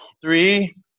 three